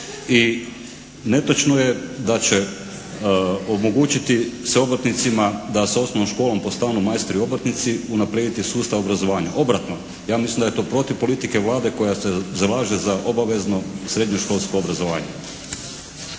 I netočno je, da će omogućiti se obrtnicima da sa osnovnom školom postanu majstori obrtnici unaprijediti sustav obrazovanja. Obratno. Ja mislim da je to protiv politike Vlade koja se zalaže za obavezno srednjoškolsko obrazovanje.